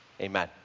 Amen